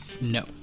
No